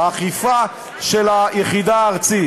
האכיפה של היחידה הארצית.